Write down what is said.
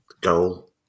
goal